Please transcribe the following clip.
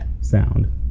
sound